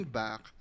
back